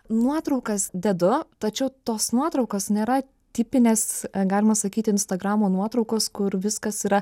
nuotraukas dedu tačiau tos nuotraukos nėra tipinės galima sakyti instagramo nuotraukos kur viskas yra